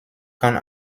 kann